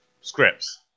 scripts